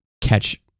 catch